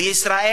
בישראל,